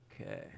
Okay